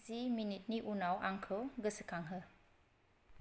जि minute नि उनाव आंखौ गोसोखांहो